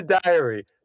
diary